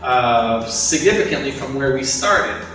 significantly, from where we started.